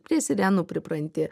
prie sirenų pripranti